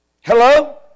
Hello